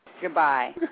Goodbye